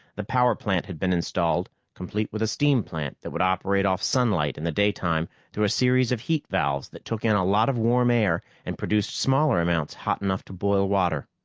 the power plant had been installed, complete with a steam plant that would operate off sunlight in the daytime through a series of heat valves that took in a lot of warm air and produced smaller amounts hot enough to boil water.